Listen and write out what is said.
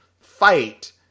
fight